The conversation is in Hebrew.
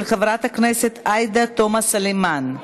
של חברת הכנסת עאידה תומא סלימאן.